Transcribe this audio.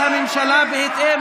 הודעת הממשלה בהתאם